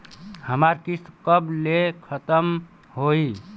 हमार किस्त कब ले खतम होई?